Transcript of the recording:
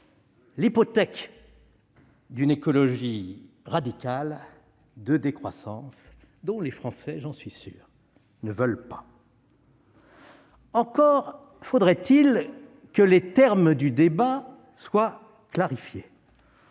l'hypothèque d'une écologie radicale de décroissance, dont, j'en suis certain, les Français ne veulent pas. Encore faudrait-il que les termes du débat soient clarifiés.